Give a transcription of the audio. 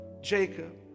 Jacob